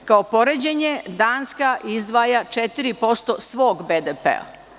Kao poređenje, Danska izdvaja 4% svog BDP.